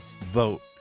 vote